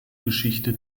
geschichte